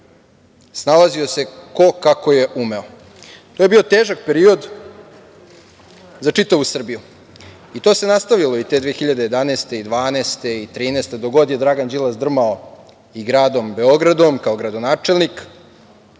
Snalazio se ko kako je umeo. To je bio težak period za čitavu Srbiju i to se nastavilo i te 2011, 2012. i 2013. godine, dok god je Dragan Đilas drmao gradom Beogradom kao gradonačelnik,